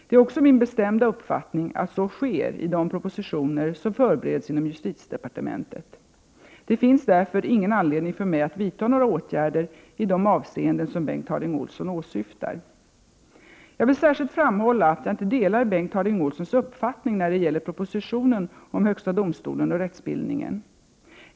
Det är också min bestämda uppfattning att så sker i de propositioner som förbereds inom justitiedepartementet. Det finns därför ingen anledning för mig att vidta några åtgärder i det avseende som Bengt Harding Olson åsyftar. Jag vill särskilt framhålla att jag inte delar Bengt Harding Olsons uppfattning när det gäller propositionen om högsta domstolen och rättsbildningen.